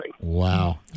Wow